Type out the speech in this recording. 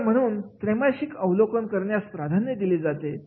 तर म्हणून त्रेमासिक अवलोकन करण्यास प्राधान्य दिले जाते